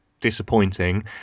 disappointing